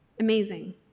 Amazing